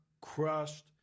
crushed